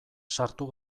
sartu